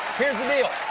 here's the deal.